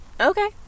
Okay